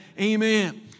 amen